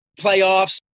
playoffs